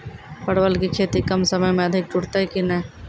परवल की खेती कम समय मे अधिक टूटते की ने?